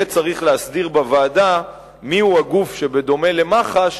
יהיה צריך להסדיר בוועדה מיהו הגוף שבדומה למח"ש